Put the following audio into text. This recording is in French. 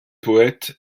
poètes